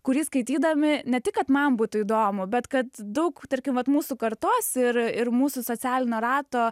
kurį skaitydami ne tik kad man būtų įdomu bet kad daug tarkim vat mūsų kartos ir ir mūsų socialinio rato